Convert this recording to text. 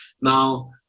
now